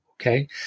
Okay